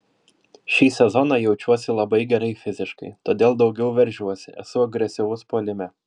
šį sezoną jaučiuosi labai gerai fiziškai todėl daugiau veržiuosi esu agresyvus puolime